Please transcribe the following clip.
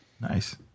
Nice